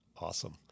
Awesome